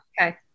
Okay